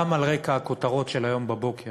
גם על רקע הכותרות של היום בבוקר